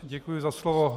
Děkuji za slovo.